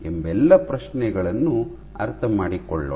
ಎಂಬೆಲ್ಲಾ ಪ್ರಶ್ನೆಗಳನ್ನು ಅರ್ಥ ಮಾಡಿಕೊಳ್ಳೋಣ